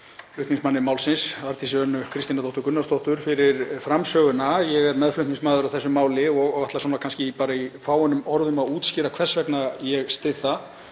flutningsmanni málsins, Arndísi Önnu Kristínardóttur Gunnarsdóttur, fyrir framsöguna. Ég er meðflutningsmaður á þessu máli og ætla í fáeinum orðum að útskýra hvers vegna ég styð það.